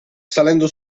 salendo